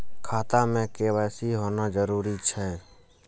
खाता में के.वाई.सी होना जरूरी छै?